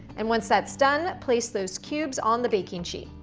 and once that's done, place those cubes on the baking sheet.